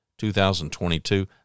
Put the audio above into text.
2022